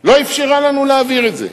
לא אפשרה לנו להעביר את זה.